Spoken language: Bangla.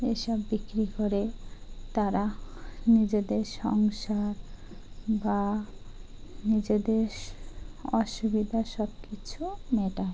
এসব বিক্রি করে তারা নিজেদের সংসার বা নিজেদের অসুবিধা সব কিছু মেটায়